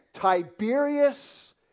Tiberius